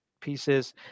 pieces